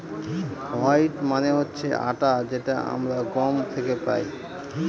wheat মানে হচ্ছে আটা যেটা আমরা গম থেকে পাই